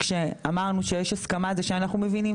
כשאמרנו שיש הסכמה זה שאנחנו מבינים,